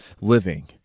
living